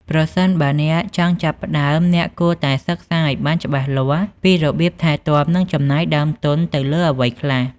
ប្រសិនបើអ្នកចង់ចាប់ផ្តើម អ្នកគួរតែសិក្សាឲ្យបានច្បាស់លាស់ពីរបៀបថែទាំ និងចំណាយដើមទុនទៅលើអ្វីខ្លះ។